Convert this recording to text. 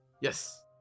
Yes